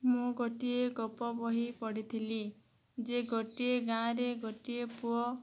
ମୁଁ ଗୋଟିଏ ଗପବହି ପଢ଼ିଥିଲି ଯେ ଗୋଟିଏ ଗାଁରେ ଗୋଟିଏ ପୁଅ